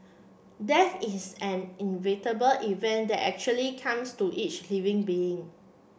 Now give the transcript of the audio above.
death is an inevitable event that actually comes to each living being